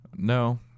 No